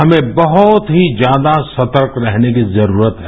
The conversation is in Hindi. हमें बहुत ही ज्यादा सतर्क रहने की जरूरत है